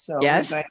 Yes